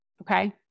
okay